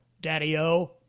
daddy-o